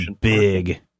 big